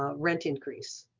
ah rent increase.